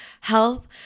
health